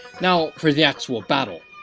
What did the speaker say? now for the actual battle